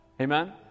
Amen